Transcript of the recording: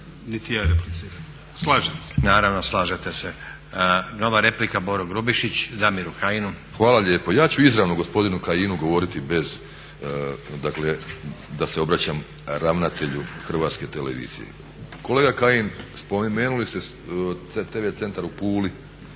Nenad (SDP)** Naravno slažete se. Nova replika Boro Grubišić Damiru Kajinu. **Grubišić, Boro (HDSSB)** Hvala lijepo. Ja ću izravno gospodinu Kajinu govoriti bez dakle da se obraćam ravnatelju Hrvatske televizije. Kolega Kajin spomenuli ste tv centar u Puli